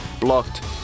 Blocked